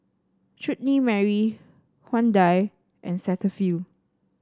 Chutney Mary Hyundai and Cetaphil